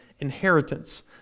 inheritance